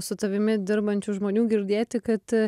su tavimi dirbančių žmonių girdėti kad